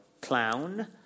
clown